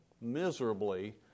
miserably